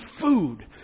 food